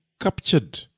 captured